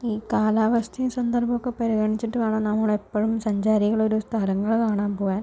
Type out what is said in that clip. ഈ കാലാവസ്ഥയും സന്ദർഭവുമൊക്കെ പരിഗണിച്ചിട്ട് വേണം നമ്മളെപ്പോഴും സഞ്ചാരികൾ ഓരോ സ്ഥലങ്ങൾ കാണാൻ പോകാൻ